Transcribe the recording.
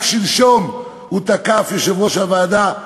רק שלשום תקף יושב-ראש הוועדה,